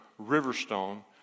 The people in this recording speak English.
Riverstone